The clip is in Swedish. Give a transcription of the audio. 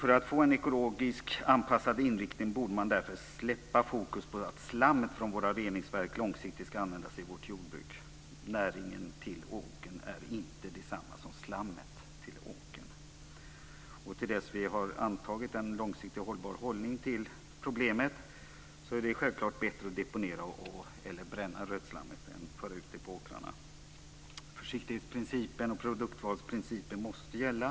För att få en ekologiskt anpassad inriktning borde man därför släppa fokus på att slammet från våra reningsverk långsiktigt ska användas i vårt jordbruk. Näringen till åkern är inte detsamma som slammet till åkern. Till dess att vi har antagit en långsiktigt hållbar hållning till problemet är det självklart bättre att deponera eller bränna rötslammet än att föra ut det på åkrarna. Försiktighetsprincipen och produktvalsprincipen måste gälla.